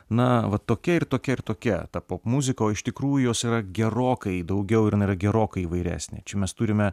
na va tokia ir tokia ir tokia ta popmuzika o iš tikrųjų jos yra gerokai daugiau ir jinai yra gerokai įvairesnė čia mes turime